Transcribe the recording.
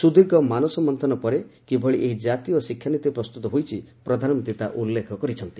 ସୁଦୀର୍ଘ ମାନସ ମନ୍ତୁନ ପରେ କିଭଳି ଏହି ଜାତୀୟ ଶିକ୍ଷାନୀତି ପ୍ରସ୍ତୁତ ହୋଇଛି ପ୍ରଧାନମନ୍ତ୍ରୀ ତାର ଉଲ୍ଲେଖ କରିଛନ୍ତି